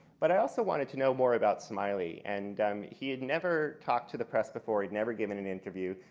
but i also wanted to know more about smiley. and um he had never talked to the press before. he had never given an interview.